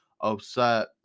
upset